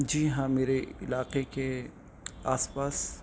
جی ہاں میرے علاقے کے آس پاس